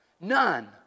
None